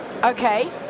okay